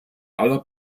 aller